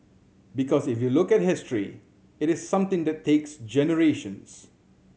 because if you look at history it is something that takes generations